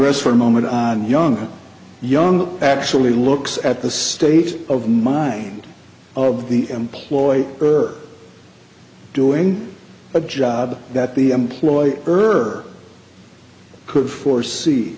ress for a moment on young young actually looks at the state of mind of the employed her doing a job that the employer oeuvre could foresee